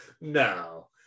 No